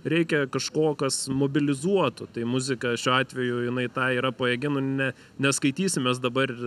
reikia kažko kas mobilizuotų tai muzika šiuo atveju jinai tą yra pajėgi ne neskaitysim mes dabar